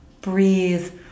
breathe